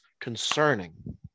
concerning